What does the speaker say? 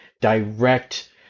direct